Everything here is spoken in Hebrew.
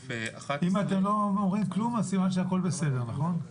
אם אתם לא אומרים כלום אז סימן שהכול בסדר, נכון?